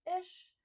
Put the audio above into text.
ish